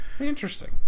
Interesting